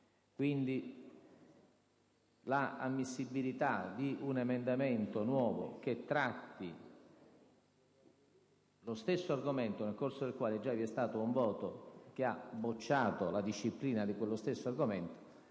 Quindi, l'ammissibilità di un emendamento nuovo, che tratti lo stesso argomento nei confronti del quale vi è già stato un voto che ha bocciato la disciplina di quello stesso argomento,